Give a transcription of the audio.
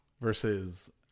versus